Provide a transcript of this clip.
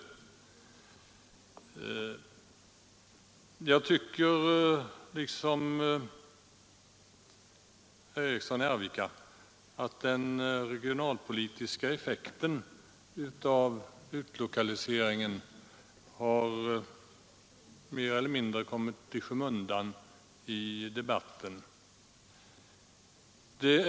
Jag tycker liksom herr Eriksson i Arvika att den regionalpolitiska effekten av utlokaliseringen mer eller mindre har kommit i skymundan i debatten.